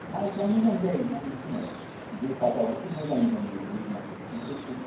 माइफ्रा मोजां जायोना नोंसोरनाव जोसाफ्राबोथ' मोजां मोजां नुबोयो माथो बेफोरखौ